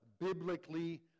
biblically